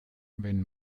wenn